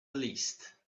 least